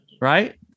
right